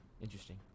Interesting